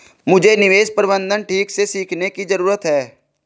मुझे निवेश प्रबंधन ठीक से सीखने की जरूरत है